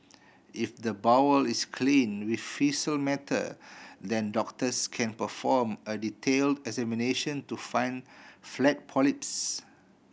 if the bowel is clean faecal matter then doctors can perform a detail examination to find flat polyps